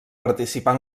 participar